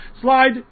Slide